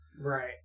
Right